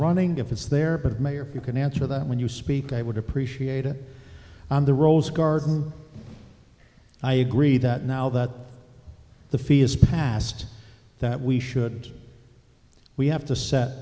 running if it's there but mayor if you can answer that when you speak i would appreciate it on the rose garden i agree that now that the fee is passed that we should we have to set